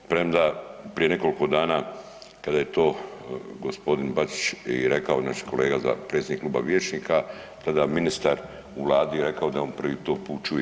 Premda prije nekoliko dana kada je to gospodin Bačić i rekao naš kolega predsjednik Kluba vijećnika tada ministar u Vladi je rekao da on to prvi put čuje.